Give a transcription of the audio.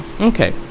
Okay